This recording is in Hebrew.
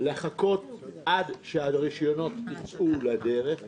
לחכות עד שהרישיונות יצאו לדרך,